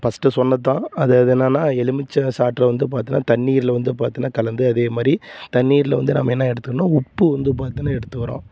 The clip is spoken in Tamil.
ஃபஸ்ட்டு சொன்னது தான் அது அது என்னன்னா எலுமிச்சை சாற்றை வந்து பார்த்தின்னா தண்ணீர்ல வந்து பார்த்தின்னா கலந்து அதே மாதிரி தண்ணீர்ல வந்து நாம் என்ன எடுத்துக்கணும் உப்பு வந்து பார்த்திங்கனா எடுத்துக்கிறோம்